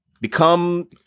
become